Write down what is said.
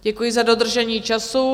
Děkuji za dodržení času.